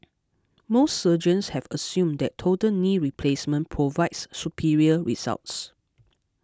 most surgeons have assumed that total knee replacement provides superior results